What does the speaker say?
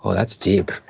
that's deep.